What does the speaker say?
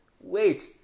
wait